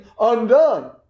undone